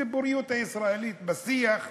הציבוריות הישראלית בשיח,